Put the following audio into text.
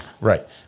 right